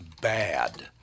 bad